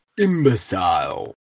imbecile